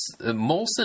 Molson